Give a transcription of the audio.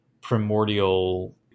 primordial